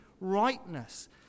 rightness